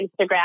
Instagram